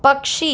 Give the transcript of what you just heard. पक्षी